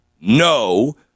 no